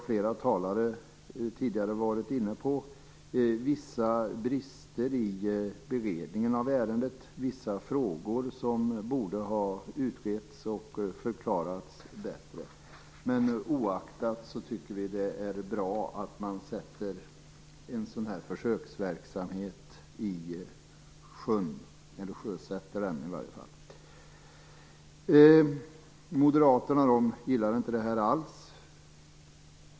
Flera talare har tidigare påpekat vissa brister i beredningen av ärendet. Vissa frågor borde ha utretts och förklarats bättre. Det oaktat tycker vi att det är bra att en sådan här försöksverksamhet sjösätts. Moderaterna gillar inte det här alls.